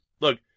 Look